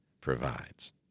provides